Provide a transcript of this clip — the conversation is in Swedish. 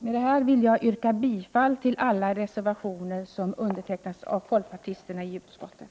Med det anförda yrkar jag bifall till alla reservationer med folkpartinamn.